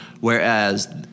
Whereas